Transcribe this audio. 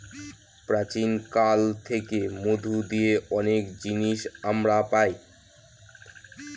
প্রাচীন কাল থেকে মধু দিয়ে অনেক জিনিস আমরা পায়